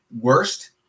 Worst